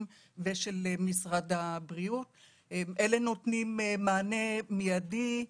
ושל משרד הבריאות שנותנים מענה מיידי.